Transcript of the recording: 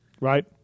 Right